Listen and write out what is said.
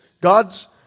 God's